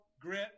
grit